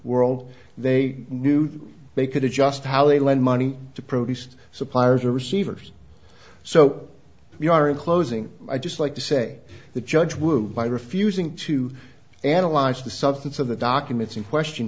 world they knew they could adjust how they lend money to produce suppliers or receivers so we are in closing i'd just like to say the judge would by refusing to analyze the substance of the documents in question